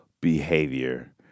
Behavior